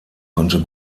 konnte